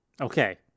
Okay